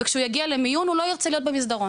וכשהוא יגיע למיון הוא לא ירצה להיות במסדרון.